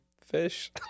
fish